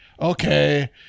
Okay